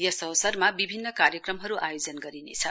यस अवसरमा बिभिन्न कार्यक्रमहरूको आयोजन गरिनेछ